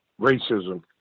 racism